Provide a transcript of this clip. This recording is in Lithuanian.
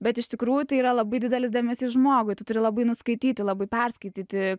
bet iš tikrųjų tai yra labai didelis dėmesys žmogui tu turi labai nuskaityti labai perskaityti